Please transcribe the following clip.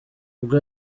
ubwo